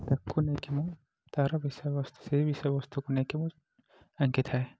ତାକୁ ନେଇକି ମୁଁ ତାର ବିଷୟବସ୍ତୁ ସେଇ ବିଷୟବସ୍ତୁକୁ ନେଇକି ମୁଁ ଆଙ୍କି ଥାଏ